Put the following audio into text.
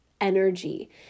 energy